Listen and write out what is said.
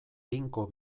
tinko